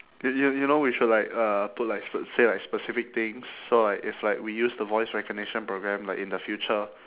you you you know we should like uh put like sp~ say like specific things so like if like we use the voice recognition programme like in the future